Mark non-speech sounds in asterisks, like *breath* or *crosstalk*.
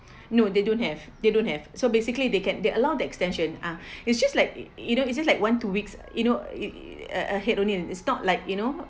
*breath* no they don't have they don't have so basically they can they allow that extension ah *breath* it's just like you know it's just like one two weeks you know it a~ ahead only it's not like you know